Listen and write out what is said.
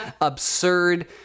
absurd